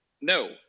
no